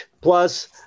plus